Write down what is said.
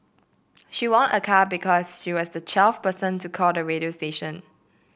she won a car because she was the twelfth person to call the radio station